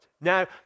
now